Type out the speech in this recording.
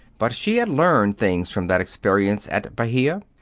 but she had learned things from that experience at bahia.